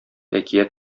әкият